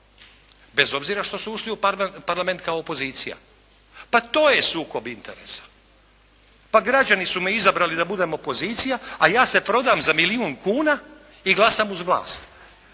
bez obzira što su ušli u parlament kao opozicija. Pa to je sukob interesa, pa građani su me izabrali da budem opozicija a ja se prodam za milijun kuna i glasam uz vlast